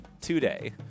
today